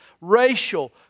racial